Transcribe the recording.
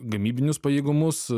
gamybinius pajėgumus